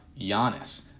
Giannis